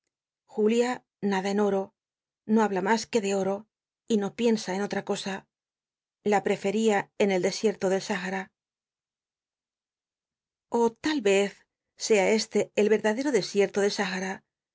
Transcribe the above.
julia nada en oro no habla mas que de oro y no piensa en otm cosa la prefería en el desierto del oh tal vez sea este el vcdadero desierto